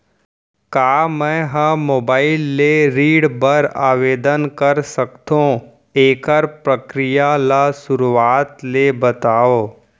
का मैं ह मोबाइल ले ऋण बर आवेदन कर सकथो, एखर प्रक्रिया ला शुरुआत ले बतावव?